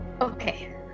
Okay